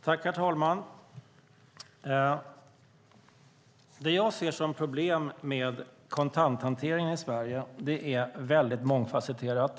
Herr talman! Det jag ser som problem med kontakthanteringen i Sverige är att det är väldigt mångfasetterat.